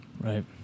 Right